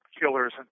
killers